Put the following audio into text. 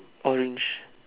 orange